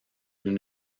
nous